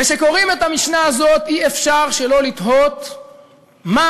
כשקוראים את המשנה הזאת אי-אפשר שלא לתהות מה